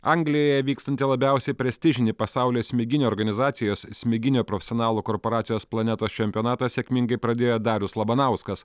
anglijoje vykstantį labiausiai prestižinį pasaulio smiginio organizacijos smiginio profesionalų korporacijos planetos čempionatą sėkmingai pradėjo darius labanauskas